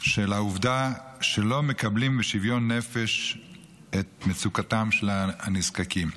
העובדה שלא מקבלים בשוויון נפש את מצוקתם של הנזקקים.